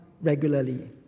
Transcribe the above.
regularly